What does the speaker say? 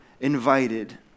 invited